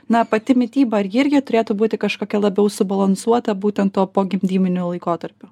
na pati mityba ar ji irgi turėtų būti kažkokia labiau subalansuota būtent tuo pogimdyminiu laikotarpiu